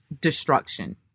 destruction